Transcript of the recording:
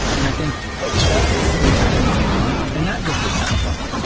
and i think that's the type of integration that we want, and not just with netlify.